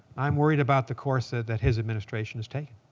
i'm worried about the course ah that his administration has taken.